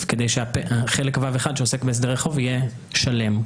כדי שחלק ו'1 שעוסק בהסדרי חוב יהיה שלם.